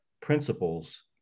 principles